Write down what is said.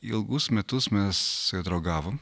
ilgus metus mes su juo draugavom